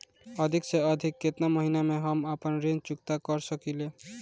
अधिक से अधिक केतना महीना में हम आपन ऋण चुकता कर सकी ले?